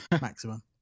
maximum